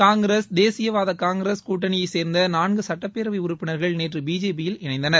காங்கிரஸ் தேசிவாத காங்கிரஸ் கூட்டணியை சேர்ந்த நான்கு சட்டப்பேரவை உறுப்பினர்கள் நேற்று பிஜேபியில் இணைந்தனர்